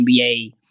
NBA